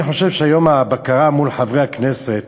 אני חושב שהיום הבקרה מול חברי כנסת,